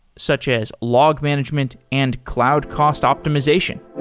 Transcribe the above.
such as log management and cloud cost optimization.